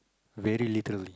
very little